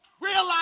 Realize